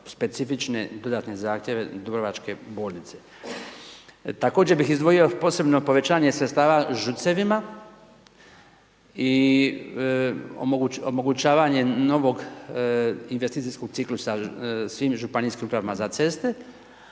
specifične dodatne zahtjeve dubrovačke bolnice. Također bih izdvojio još posebno povećanje sredstava …/nerazumljivo/… i omogućavanje novog investicijskog ciklusa svim županijskim upravama za ceste